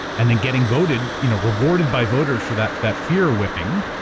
and then, getting voted, you know, rewarded by voters for that that fear whipping,